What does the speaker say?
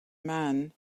man